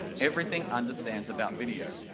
everything understands about video.